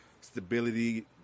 stability